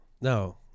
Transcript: no